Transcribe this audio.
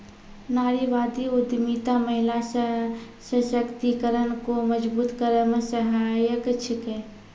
नारीवादी उद्यमिता महिला सशक्तिकरण को मजबूत करै मे सहायक छिकै